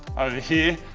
over here.